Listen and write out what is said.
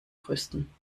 größten